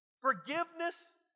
Forgiveness